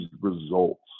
results